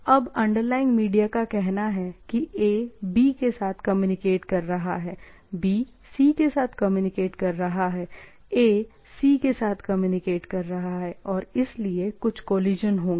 अब underlying media का कहना है कि A B के साथ कम्युनिकेट कर रहा है B C के साथ कम्युनिकेट कर रहा है A C के साथ कम्युनिकेट कर रहा है और इसलिए कुछ कोलिशन होंगे